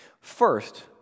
First